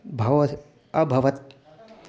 भव अभवत्